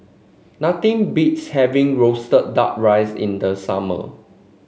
nothing beats having roasted duck rice in the summer